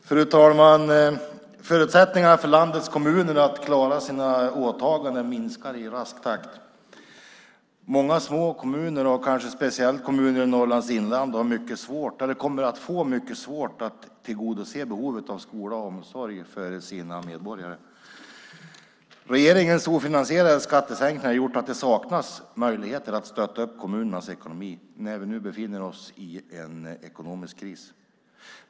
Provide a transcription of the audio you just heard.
Fru talman! Förutsättningarna för landets kommuner att klara sina åtaganden minskar i rask takt. Många små kommuner och speciellt kanske kommuner i Norrlands inland kommer att få mycket svårt att tillgodose behovet av skola och omsorg för sina medborgare. Regeringens ofinansierade skattesänkningar har gjort att det saknas möjligheter att stötta upp kommunernas ekonomi när vi nu befinner oss i en ekonomisk kris.